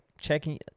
checking